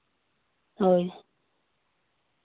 ᱦᱳᱭ